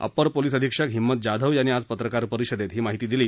upper police अधीक्षक हिंमत जाधव यांनी आज पत्रकार परिषदेत ही माहिती दिली